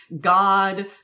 God